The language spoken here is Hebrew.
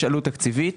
יש עלות תקציבית.